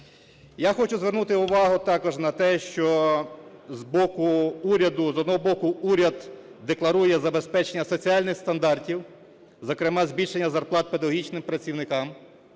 Я хочу звернути увагу також на те, що з боку уряду, з одного боку, уряд декларує забезпечення соціальних стандартів, зокрема збільшення зарплат педагогічним працівникам,